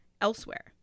elsewhere